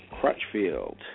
Crutchfield